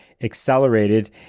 accelerated